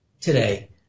today